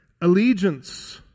allegiance